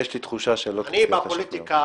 כבר אמרתי טרור פוליטי.